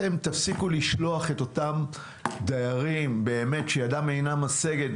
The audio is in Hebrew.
תפסיקו לשלוח את אותם דיירים שידם אינה משגת,